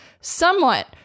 somewhat